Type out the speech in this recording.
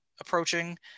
approaching